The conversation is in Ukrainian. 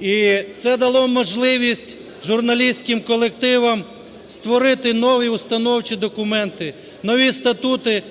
І це дало можливість журналістським колективам створити нові установчі документи, нові статути,